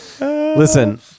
Listen